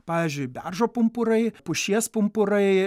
pavyzdžiui beržo pumpurai pušies pumpurai